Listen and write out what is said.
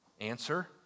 Answer